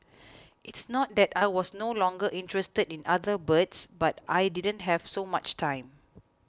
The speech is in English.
it's not that I was no longer interested in other birds but I didn't have so much time